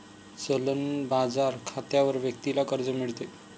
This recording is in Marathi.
चलन बाजार खात्यावर व्यक्तीला कर्ज मिळते